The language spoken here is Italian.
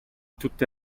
tutte